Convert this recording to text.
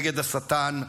נגד השטן הנאצי.